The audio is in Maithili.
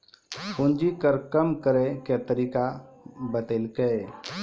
पूंजी कर कम करैय के तरीका बतैलकै